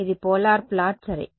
ఇది polar plot సరే